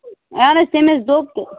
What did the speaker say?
اَہن حَظ تٔمۍ حَظ دوٚپ تہٕ